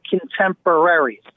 contemporaries